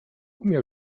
umiał